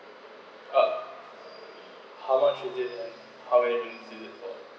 ah how much with this and how many for